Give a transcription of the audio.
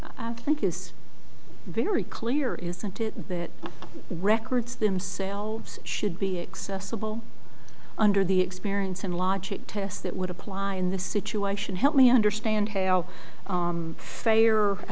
i think it's very clear isn't it that records themselves should be accessible under the experience and logic test that would apply in this situation help me understand how